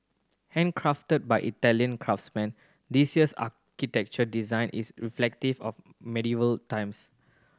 handcrafted by Italian craftsmen this year's architecture design is reflective of medieval times